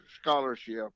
scholarship